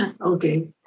Okay